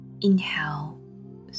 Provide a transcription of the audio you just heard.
Inhale